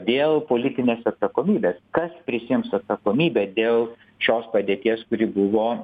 dėl politinės atsakomybės kas prisiims atsakomybę dėl šios padėties kuri buvo